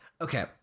okay